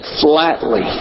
flatly